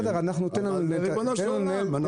אבל ריבונו של עולם,